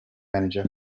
manager